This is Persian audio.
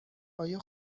آیا